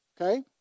okay